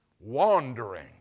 Wandering